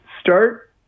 start